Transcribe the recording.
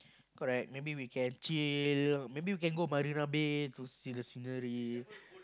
correct maybe we can chill maybe we can go Marina-Bay to see the scenery